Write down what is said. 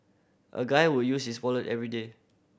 a guy will use his wallet everyday